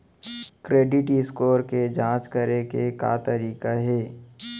Credit score के जाँच करे के का तरीका हे?